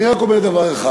אני רק אומר דבר אחד.